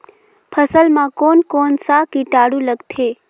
फसल मा कोन कोन सा कीटाणु लगथे?